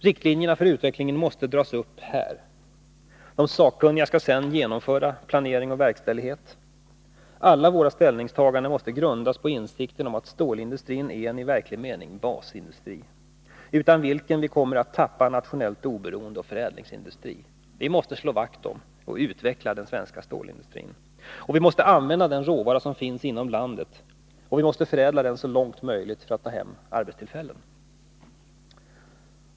Riktlinjerna för utvecklingen måste dras upp här. Dé sakkunniga skall sedan genomföra planering och verkställighet. Alla våra ställningstaganden måste grundas på insikten att stålindustrin är en i verklig mening basindustri, utan vilken vi kommer att tappa nationellt oberoende och förädlingsindustri. Vi måste slå vakt om och utveckla den svenska stålindustrin. Vi måste använda den råvara som finns inom landet, och vi måste förädla den så långt som möjligt för att rädda arbetstillfällen.